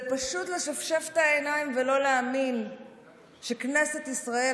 פשוט לשפשף את העיניים ולא להאמין שכנסת ישראל